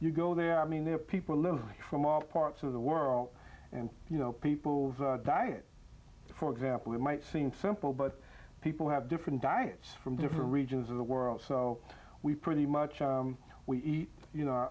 you go there i mean there are people live from all parts of the world and you know people diet for example it might seem simple but people have different diets from different regions of the world so we pretty much we eat as you